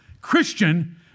Christian